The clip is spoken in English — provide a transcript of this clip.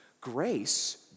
Grace